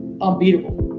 unbeatable